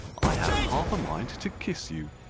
i have half-a-mind to kiss you.